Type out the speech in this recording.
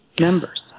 members